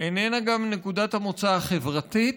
ואיננה גם נקודת המוצא החברתית,